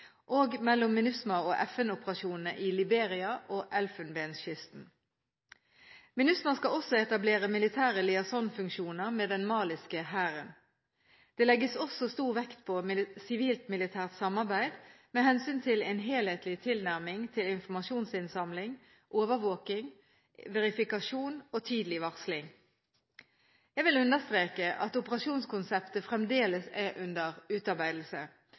og mellom MINUSMA og FN-operasjonene i Liberia og Elfenbenskysten. MINUSMA skal også etablere militære liaisonfunksjoner med den maliske hæren. Det legges også stor vekt på sivilt-militært samarbeid med hensyn til en helhetlig tilnærming til informasjonsinnsamling, overvåking, verifikasjon og tidlig varsling. Jeg vil understreke at operasjonskonseptet fremdeles er under utarbeidelse,